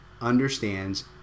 understands